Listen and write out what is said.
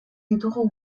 ditugu